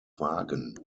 wagen